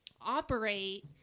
operate